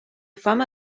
fama